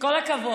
כל הכבוד.